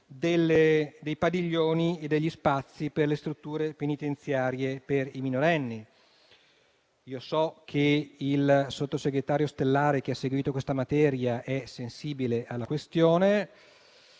dei padiglioni e degli spazi per le strutture penitenziarie per i minorenni. So che il sottosegretario Ostellari, che ha seguito questa materia, è sensibile alla questione,